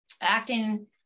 acting